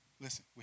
Listen